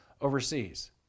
overseas